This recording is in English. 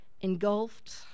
Engulfed